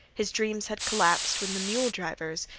his dreams had collapsed when the mule drivers,